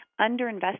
underinvested